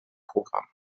programm